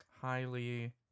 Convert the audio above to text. Highly